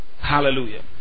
Hallelujah